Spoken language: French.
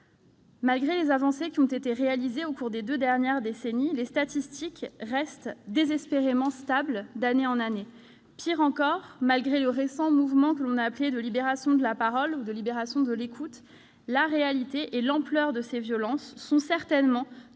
Malgré les avancées enregistrées au cours des deux dernières décennies, les statistiques restent désespérément stables d'année en année. Pire encore, en dépit du récent mouvement que l'on a appelé de libération de la parole ou de libération de l'écoute, la réalité et l'ampleur de ces violences sont certainement